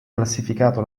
classificato